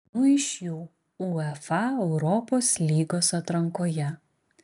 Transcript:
du iš jų uefa europos lygos atrankoje